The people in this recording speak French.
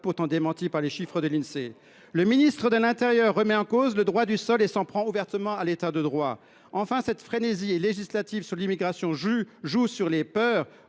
pourtant démenti par les chiffres de l’Insee. Le ministre de l’intérieur remet en cause le droit du sol et s’en prend ouvertement à l’État de droit. Enfin, la frénésie législative sur l’immigration joue sur les peurs,